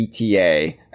ETA